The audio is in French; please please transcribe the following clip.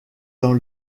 dans